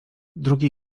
drugi